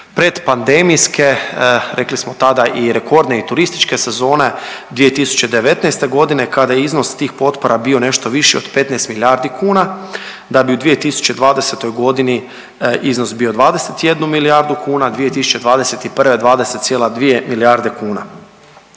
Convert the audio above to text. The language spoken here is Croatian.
pretpandemijske rekli smo tada i rekordne i turističke sezone 2019.g. kada je iznos tih potpora bio nešto viši od 15 milijardi kuna, da bi u 2020.g. iznos bio 21 milijardu kuna, 2021. 20,2 milijarde kuna.